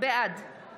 בעד